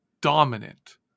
dominant